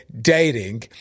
dating